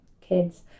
kids